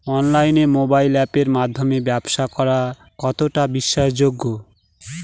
অনলাইনে মোবাইল আপের মাধ্যমে ব্যাবসা করা কতটা বিশ্বাসযোগ্য?